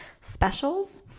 specials